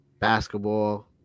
basketball